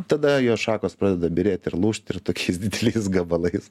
tada jo šakos pradeda byrėti ir lūžti ir tokiais dideliais gabalais